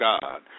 God